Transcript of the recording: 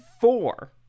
Four